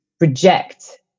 reject